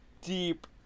deep